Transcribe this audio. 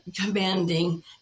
commanding